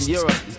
Europe